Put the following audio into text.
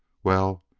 well,